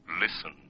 listen